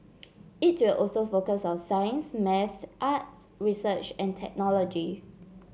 it will also focus on science maths arts research and technology